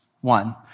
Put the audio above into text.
one